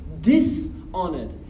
dishonored